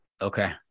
okay